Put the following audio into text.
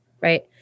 right